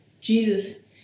Jesus